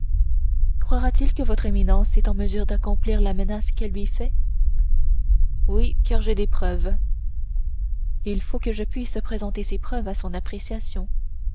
croira-t-il que votre éminence est en mesure d'accomplir la menace qu'elle lui fait oui car j'ai des preuves il faut que je puisse présenter ces preuves à son appréciation